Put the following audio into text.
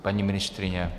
Paní ministryně?